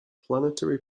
planetary